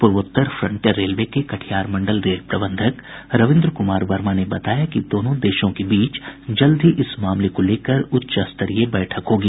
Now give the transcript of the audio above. पूर्वोत्तर frontier railway के कटिहार मंडल रेल प्रबंधक रवीन्द्र कुमार वर्मा ने बताया कि दोनों देशों के बीच जल्द ही इस मामले को लेकर उच्च स्तरीय बैठक होगी